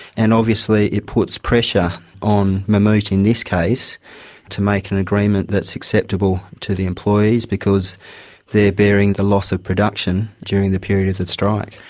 and obviously it puts pressure on mammoet in this case to make an agreement that's acceptable to the employees because they are bearing the loss of production during the period of the strike.